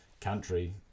country